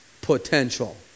potential